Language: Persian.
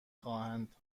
خواهند